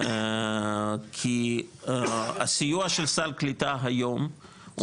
כי הסיוע של סל קליטה היום הוא